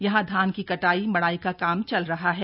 यहां धान की कटाई मड़ाई का काम चल रहा है